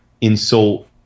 insult –